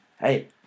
Hey